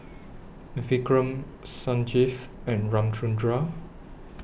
Vikram Sanjeev and Ramchundra